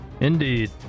Indeed